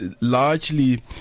largely